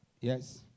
Yes